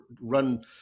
run